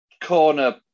corner